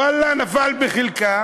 ואללה, נפל בחלקה